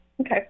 Okay